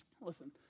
Listen